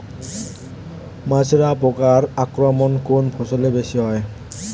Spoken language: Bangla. মাজরা পোকার আক্রমণ কোন ফসলে বেশি হয়?